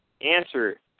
Answer